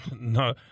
no